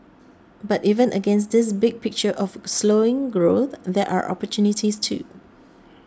but even against this big picture of slowing growth there are opportunities too